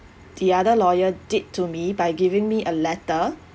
the other lawyer did to me by giving me a letter